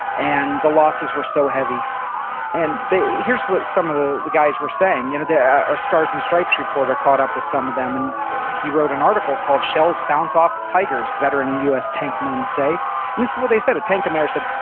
and the losses were so heavy and here's what some of the the guys were saying. you know yeah our stars and stripes reporter caught up with some of them, and he wrote an article called, shells bounce off tigers, veteran u s. tank men say and this is what they said. a tank commander said,